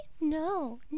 No